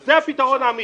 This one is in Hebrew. זה הפתרון האמיתי.